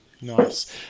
Nice